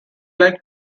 like